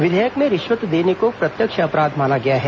विधेयक में रिश्वत देने को प्रत्यक्ष अपराध माना गया है